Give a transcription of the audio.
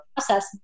process